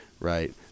right